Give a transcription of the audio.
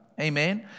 amen